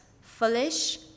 foolish